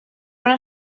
una